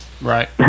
Right